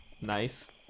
nice